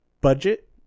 budget